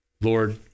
Lord